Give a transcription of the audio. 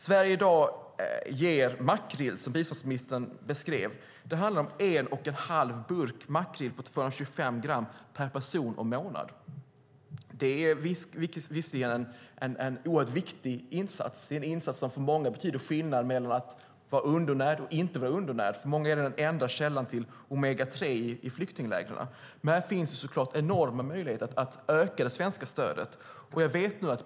Sverige ger i dag makrill. Det handlar om en och en halv burk makrill på 225 gram per person och månad. Det är visserligen en oerhört viktig insats som för många betyder skillnaden mellan att vara undernärd och inte. För många i flyktinglägren är det den enda källan till omega-3. Men här finns såklart enorma möjligheter att öka det svenska stödet.